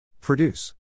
Produce